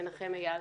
מנחם אייל.